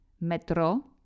metro